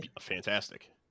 fantastic